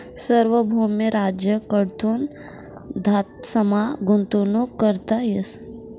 सार्वभौम राज्य कडथून धातसमा गुंतवणूक करता येस